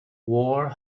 war